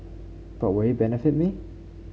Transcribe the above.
but will benefit me